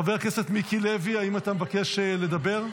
חבר הכנסת מיקי לוי, האם אתה מבקש לדבר?